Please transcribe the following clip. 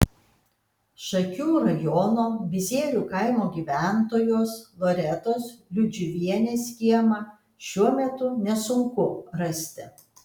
šakių rajono bizierių kaimo gyventojos loretos liudžiuvienės kiemą šiuo metu nesunku rasti